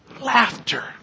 laughter